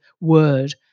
word